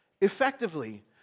effectively